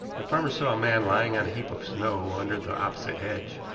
the farmer saw a man lying on a heap of snow under the opposite hedge.